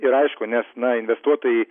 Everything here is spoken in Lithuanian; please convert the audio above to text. ir aišku nes na investuotojai